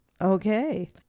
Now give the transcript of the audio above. Okay